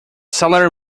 seller